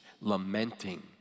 lamenting